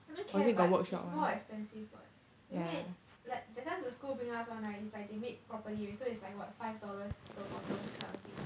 I think can but it's more expensive [one] 因为 like tha time the school bring us [one] right it's like they made properly already so it's like [what] five dollars per bottle that kind of thing